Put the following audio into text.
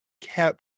kept